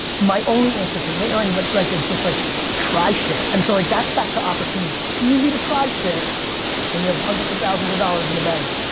my only answer to nate or anybody like is just like try shit and so like that's back to opportunity. easy to try shit when you have hundreds of thousands of dollars in the bank.